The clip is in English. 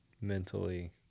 mentally